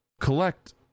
collect